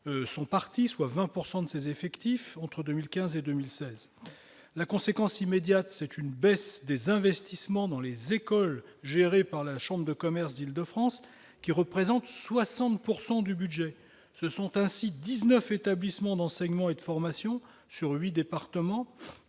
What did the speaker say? sont partis, soit 20 % des effectifs. La conséquence immédiate, c'est une baisse des investissements dans les écoles gérées par la chambre de commerce et d'industrie, investissements représentant 60 % du budget. Ce sont ainsi 19 établissements d'enseignement et de formation dans 8 départements